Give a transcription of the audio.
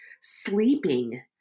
sleeping